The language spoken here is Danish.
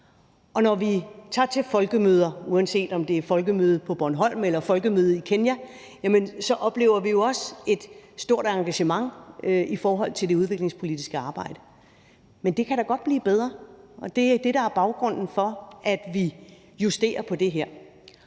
Og når vi tager til folkemøder, uanset om det er til folkemødet på Bornholm eller folkemødet i Kenya, oplever vi jo også et stort engagement i forhold til det udviklingspolitiske arbejde. Men det kan da godt blive bedre, og det er det, der er baggrunden for, at vi justerer på det her.